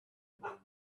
him